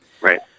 Right